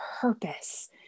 purpose